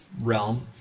realm